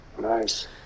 Nice